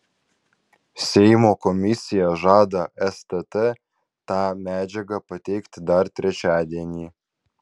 seimo komisija žada stt tą medžiagą pateikti dar trečiadienį